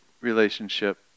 relationship